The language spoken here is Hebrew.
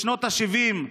בשנות השבעים,